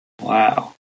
Wow